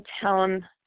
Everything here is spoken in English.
town